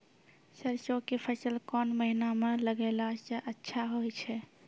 सरसों के फसल कोन महिना म लगैला सऽ अच्छा होय छै?